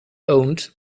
owned